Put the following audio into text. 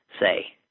say